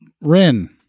Rin